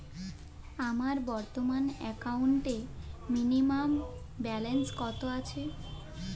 আমার বর্তমান একাউন্টে মিনিমাম ব্যালেন্স কত আছে?